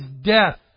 death